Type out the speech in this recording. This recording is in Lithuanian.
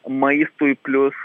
maistui plius